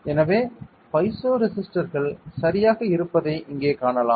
எனவே பைசோ ரெசிஸ்டர்கள் சரியாக இருப்பதை இங்கே காணலாம்